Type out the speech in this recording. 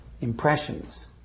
impressions